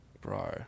bro